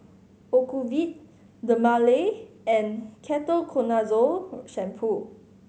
Ocuvite Dermale and Ketoconazole Shampoo